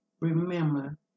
remember